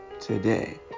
today